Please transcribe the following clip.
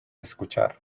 escuchar